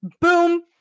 boom